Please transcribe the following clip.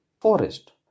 Forest